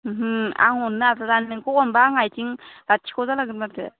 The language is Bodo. ओमहो आं हरनो हाथारा नोंखौ अनबा आंहा इथिं लाथिख' जालांगोन माथो